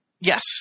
Yes